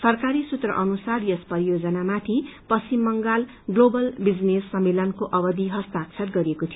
सरकारी सूत्र अनुसार यस परियोजनामाथि पश्चिम बंगाल म्लोबत विजिनेस सम्मेलनको अवधि हस्ताक्षर षएको थियो